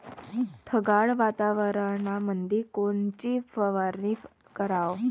ढगाळ वातावरणामंदी कोनची फवारनी कराव?